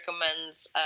recommends